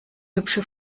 hübsche